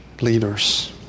leaders